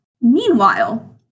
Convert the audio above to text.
Meanwhile